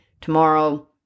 tomorrow